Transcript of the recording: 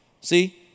See